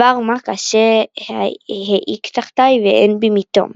דבר-מה קשה העיק תחתי ואין בי מתם.